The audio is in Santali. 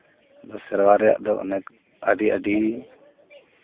ᱥᱮᱨᱣᱟ ᱨᱮᱭᱟᱜ ᱫᱚ ᱚᱱᱮᱠ ᱟᱹᱰᱤ ᱟᱹᱰᱤ